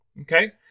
Okay